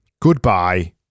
Goodbye